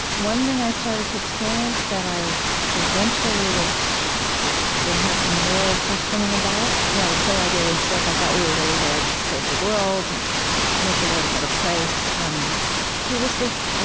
one thing i started to experience that i eventually would would have some moral questioning about i you know was so idealistic, i thought we were really there to save the world. and make the world a better place um there was this ah